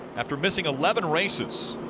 after missing eleven races,